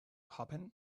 happen